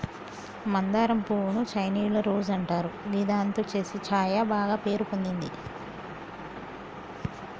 మందారం పువ్వు ను చైనీయుల రోజ్ అంటారు గిదాంతో చేసే ఛాయ బాగ పేరు పొందింది